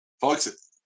Folks